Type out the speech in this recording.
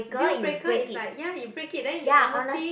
deal breaker it's like ya you break it then your honesty